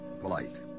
polite